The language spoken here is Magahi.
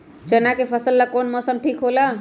चाना के फसल ला कौन मौसम ठीक होला?